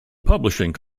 publishing